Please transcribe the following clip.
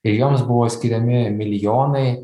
ir joms buvo skiriami milijonai